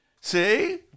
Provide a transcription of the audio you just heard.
See